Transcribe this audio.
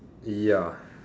ya